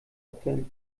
opfern